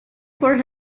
for